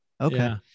Okay